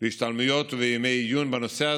בהשתלמויות ובימי עיון בנושא הזה,